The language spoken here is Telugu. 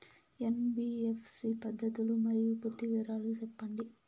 ఎన్.బి.ఎఫ్.సి పద్ధతులు మరియు పూర్తి వివరాలు సెప్పండి?